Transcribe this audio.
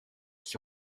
qui